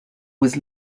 was